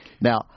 Now